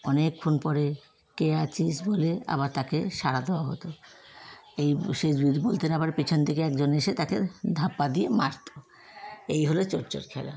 অনেকক্ষণ পরে কে আছিস বলে আবার তাকে সাড়া দেওয়া হতো এই সে যদি বলতে না পারে পেছন থেকে একজন এসে তাকে ধাপ্পা দিয়ে মারতো এই হলো চোর চোর খেলা হলো